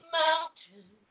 mountains